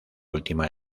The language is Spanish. última